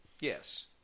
Yes